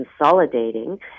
consolidating